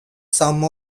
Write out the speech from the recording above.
some